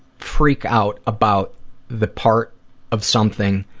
freak out about the part of something